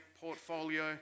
portfolio